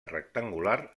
rectangular